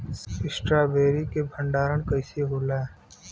Strawberry के भंडारन कइसे होला?